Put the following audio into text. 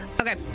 Okay